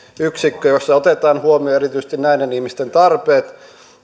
yksikkö jossa otetaan huomioon erityisesti näiden ihmisten tarpeet